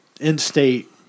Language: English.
in-state